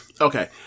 Okay